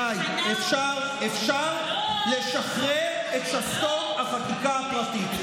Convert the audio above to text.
די, אפשר לשחרר את שסתום החקיקה הפרטית.